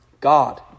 God